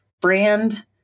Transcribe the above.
brand